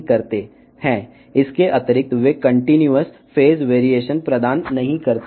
అదనంగా అవి నిరంతర దశ వైవిధ్యాన్ని అందించలేవు